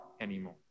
anymore